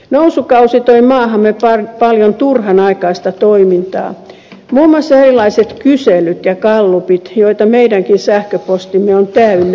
nousukausi toi maahamme paljon turhanaikaista toimintaa muun muassa erilaiset kyselyt ja gallupit joita meidänkin sähköpostimme on täynnä